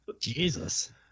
Jesus